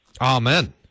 Amen